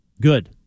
Good